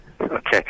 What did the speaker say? Okay